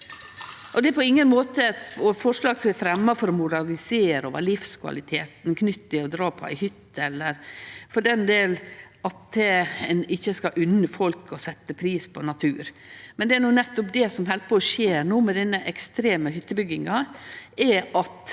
Det er på ingen måte forslag som er fremja for å moralisere over livskvaliteten knytt til å dra på ei hytte, eller for den del at ein ikkje skal unne folk å setje pris på natur, men det som nettopp held på å skje no med denne ekstreme hyttebygginga, er at